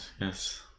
Yes